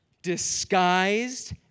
Disguised